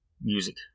music